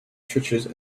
churches